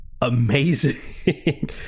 amazing